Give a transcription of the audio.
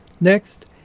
Next